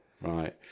right